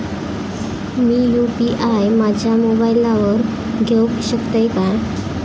मी UPI माझ्या मोबाईलावर घेवक शकतय काय?